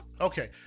Okay